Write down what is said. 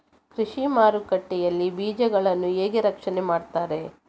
ಕೃಷಿ ಮಾರುಕಟ್ಟೆ ಯಲ್ಲಿ ಬೀಜಗಳನ್ನು ಹೇಗೆ ರಕ್ಷಣೆ ಮಾಡ್ತಾರೆ?